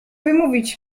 wymówić